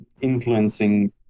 influencing